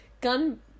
Gun